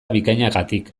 bikainagatik